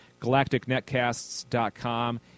galacticnetcasts.com